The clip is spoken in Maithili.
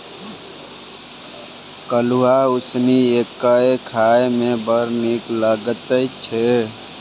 अल्हुआ उसनि कए खाए मे बड़ नीक लगैत छै